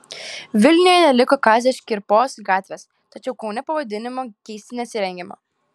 vilniuje neliko kazio škirpos gatvės tačiau kaune pavadinimo keisti nesirengiama